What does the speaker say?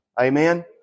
Amen